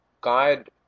guide